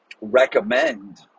recommend